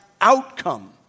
outcome